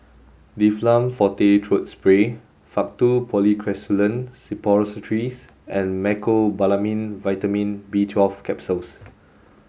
Difflam Forte Throat Spray Faktu Policresulen Suppositories and Mecobalamin Vitamin B twelve Capsules